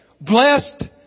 blessed